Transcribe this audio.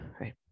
right